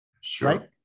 Sure